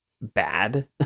bad